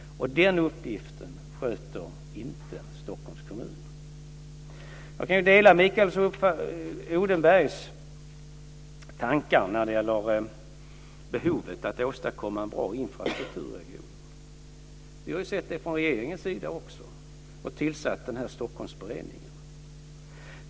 Den uppgiften sköter inte Stockholms kommun. Jag kan dela Mikael Odenbergs tankar när det gäller behovet att åstadkomma en bra infrastruktur i regionen. De har vi ansett också från regeringens sidan och tillsatt den här Stockholmsberedningen.